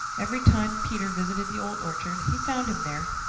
every time peter visited the old orchard he found him there,